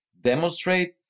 demonstrate